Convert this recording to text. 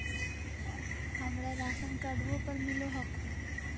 हमरा राशनकार्डवो पर मिल हको?